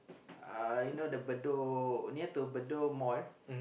uh you the know the Bedok near to Bedok Mall